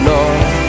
Lord